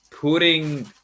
putting